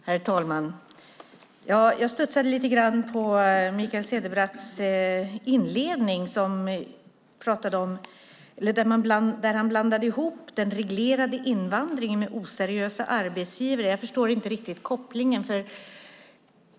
Herr talman! Jag studsade till lite grann när jag lyssnade på Mikael Cederbratts anförande där han blandade ihop den reglerade invandringen med oseriösa arbetsgivare. Jag förstår inte riktigt den kopplingen.